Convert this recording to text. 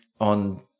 on